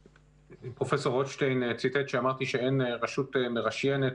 פרופ' רוטשטיין ציטט שאמרתי שאין רשות מרשיינת,